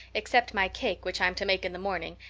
except my cake which i'm to make in the morning,